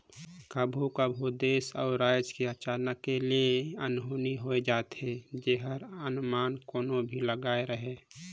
कभों कभों देस अउ राएज में अचानके ले अनहोनी होए जाथे जेकर अनमान कोनो नी लगाए रहें